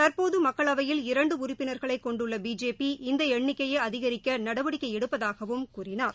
தற்போது மக்களவையில் இரண்டு உறுப்பினா்களை கொண்டுள்ள பிஜேபி இந்த எண்ணிக்கையை அதிகரிக்க நடவடிக்கை எடுப்பதாகவும் கூறினார்